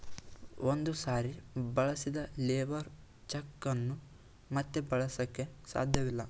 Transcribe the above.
ಒಂದು ಸಾರಿ ಬಳಸಿದ ಲೇಬರ್ ಚೆಕ್ ಅನ್ನು ಮತ್ತೆ ಬಳಸಕೆ ಸಾಧ್ಯವಿಲ್ಲ